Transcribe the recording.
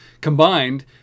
combined